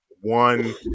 one